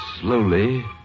slowly